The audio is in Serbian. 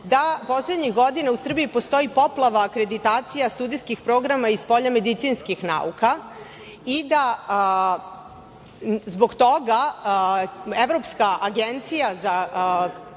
da poslednjih godina u Srbiji postoji poplava akreditacija studijskih programa iz polja medicinskih nauka i da zbog toga Evropska agencija za